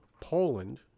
poland